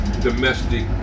domestic